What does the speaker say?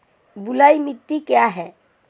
बलुई मिट्टी क्या है?